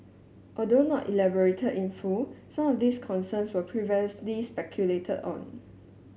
although not elaborated in full some of these concerns were previously speculated on